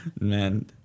Man